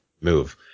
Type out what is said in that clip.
move